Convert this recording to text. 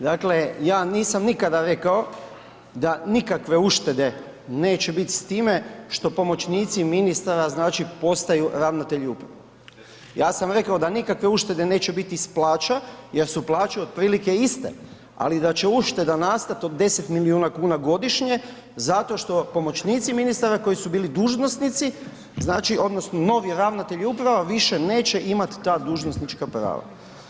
Dakle, ja nisam nikada rekao da nikakve uštede neće biti s time što pomoćnici ministara znači postaju ravnatelji uprava, ja sam rekao da nikakve uštede neće biti iz plaća jer su plaće otprilike biti iste, ali da će ušteda nastati od 10 milijuna kuna godišnje zato što pomoćnici ministara koji su bili dužnosnici, znači odnosno novi ravnatelji uprava više neće imati ta dužnosnička prava.